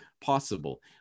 possible